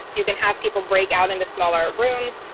you can have people break out into smaller rooms.